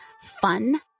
fun